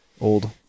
old